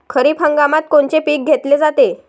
खरिप हंगामात कोनचे पिकं घेतले जाते?